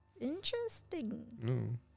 Interesting